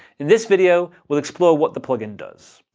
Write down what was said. in this video we'll explore what the plugin does.